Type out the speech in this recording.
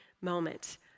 moment